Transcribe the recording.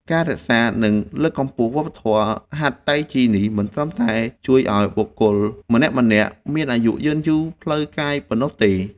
ការរក្សា និងលើកកម្ពស់វប្បធម៌ហាត់តៃជីនេះ មិនត្រឹមតែជួយឱ្យបុគ្គលម្នាក់ៗមានអាយុយឺនយូរផ្លូវកាយប៉ុណ្ណោះទេ។